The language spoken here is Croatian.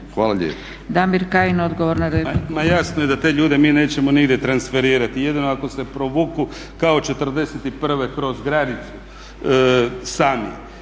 Hvala lijepa.